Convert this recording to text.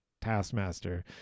Taskmaster